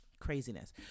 Craziness